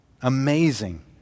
Amazing